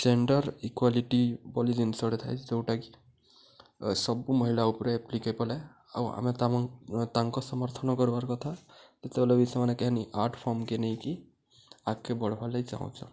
gender equality ବୋଲି ଜିନିଷ ଟେ ଥାଏ ଯେଉଁଟାକି ସବୁ ମହିଳା ଉପରେ ଆପ୍ଲିକେବୁଲ୍ ହେ ଆଉ ଆମେ ତାମ ତାଙ୍କ ସମର୍ଥନ କରବାର୍ କଥା ଯେତେବେଳେ ବି ସେମାନେ କେହିନି ଆର୍ଟ ଫର୍ମକେ ନେଇକି ଆଗକେ ବଢ଼ବାର୍ ଲାଗି ଚାହୁଁଛ